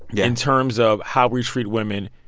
yeah in terms of how we treat women,